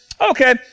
okay